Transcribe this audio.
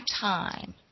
Time